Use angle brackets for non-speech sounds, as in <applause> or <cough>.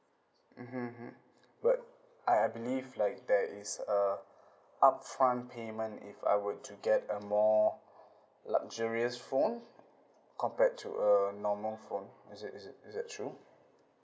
mmhmm mmhmm but I I believe like there is uh upfront payment if I were to get a more <breath> luxurious phone compared to a normal phone is it is it is it true